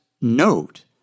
note